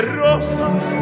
rosas